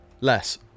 Less